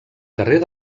carrer